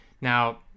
now